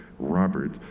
Robert